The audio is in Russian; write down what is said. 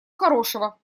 хорошего